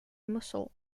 muscle